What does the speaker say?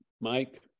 Mike